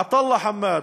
עטאללה חמאד,